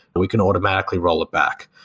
but we can automatically roll it back.